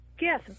Yes